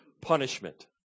punishment